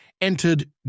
entered